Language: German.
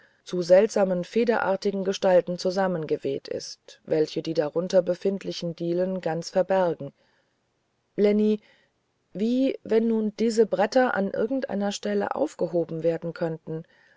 zu seltsamen federartigen gestalten zusammengeweht ist welche die darunter befindliche diele gänzlich verbergen lenny wie wenn nun diese bretter an irgendeiner stelle aufgehoben werden können